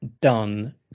done